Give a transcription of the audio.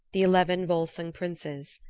the eleven volsung princes.